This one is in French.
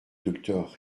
docteur